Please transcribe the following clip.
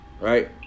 Right